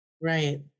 Right